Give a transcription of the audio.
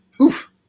oof